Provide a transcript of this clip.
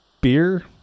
beer